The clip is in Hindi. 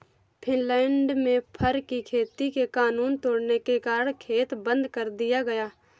फिनलैंड में फर की खेती के कानून तोड़ने के कारण खेत बंद कर दिया गया